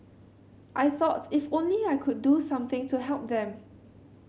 I thought if only I could do something to help them